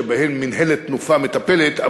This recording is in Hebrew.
שבהן מינהלת "תנופה" מטפלת,